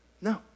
no